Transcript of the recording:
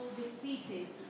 defeated